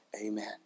amen